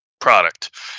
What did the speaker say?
product